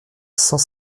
cent